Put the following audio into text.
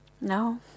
No